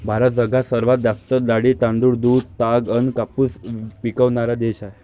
भारत जगात सर्वात जास्त डाळी, तांदूळ, दूध, ताग अन कापूस पिकवनारा देश हाय